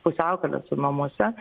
pusiaukelės namuose